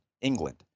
England